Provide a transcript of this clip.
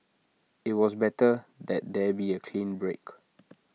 IT was better that there be A clean break